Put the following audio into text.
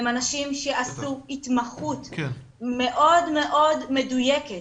אנשים שעשו התמחות מאוד מאוד מדויקת,